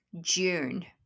June